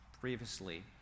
previously